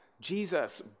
Jesus